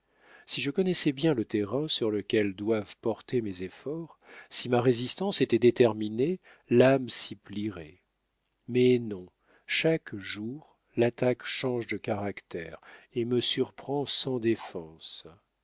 si je connaissais bien le terrain sur lequel doivent porter mes efforts si ma résistance était déterminée l'âme s'y plierait mais non chaque jour l'attaque change de caractère et me surprend sans défense